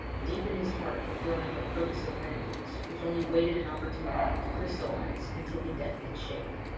deep in his heart had grown up a purpose of vengeance which only waited an opportunity to crystallise and take a definite shape.